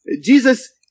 Jesus